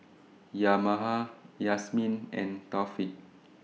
Yahaya Yasmin and Taufik